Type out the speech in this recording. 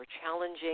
challenging